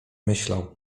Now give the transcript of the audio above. myślał